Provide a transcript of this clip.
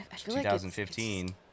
2015